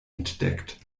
entdeckt